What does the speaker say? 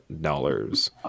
dollars